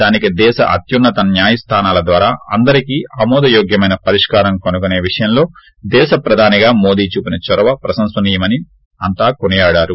దానికి దేశ అత్యున్నత న్వాయస్థానాల ద్వారా అందరికీ ఆమోదయోగ్యమైన పరిష్కారం కనుగొసే విషయంలో దేశ ప్రధానిగా మోది చూపిన చొరవ ప్రసంశనీయం అని ్అంతా కొనియాడారు